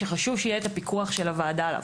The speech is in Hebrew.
שחשוב שיהיה את הפיקוח של הוועדה עליו.